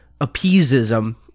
appeasism